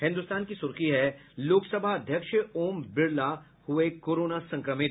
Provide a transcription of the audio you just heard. हिन्दुस्तान की सुर्खी है लोकसभा अध्यक्ष ओम बिरला हुये कोरोना संक्रमित